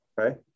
Okay